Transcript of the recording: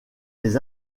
les